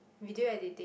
video editing